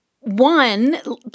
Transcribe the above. One